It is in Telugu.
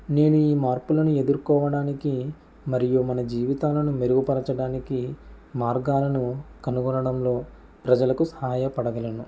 నేను ఈ మార్పులను ఎదుర్కోవడానికి మరియు మన జీవితాలను మెరుగుపరచడానికి మార్గాలను కనుగొనడంలో ప్రజలకు సహాయ పడగలను